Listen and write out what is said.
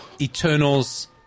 Eternals